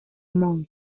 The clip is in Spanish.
mons